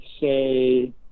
say